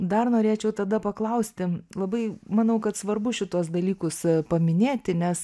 dar norėčiau tada paklausti labai manau kad svarbu šituos dalykus paminėti nes